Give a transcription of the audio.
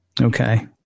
Okay